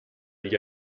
gli